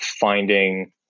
finding